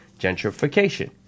gentrification